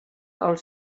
els